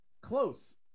close